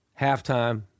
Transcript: halftime